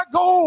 go